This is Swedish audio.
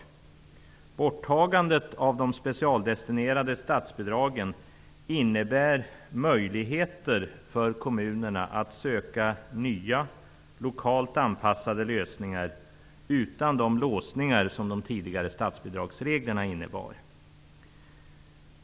Borttagandet av de specialdestinerade statsbidragen innebär möjligheter för kommunerna att söka nya lokalt anpassade lösningar utan de låsningar som de tidigare statsbidragsreglerna innebar.